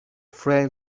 frail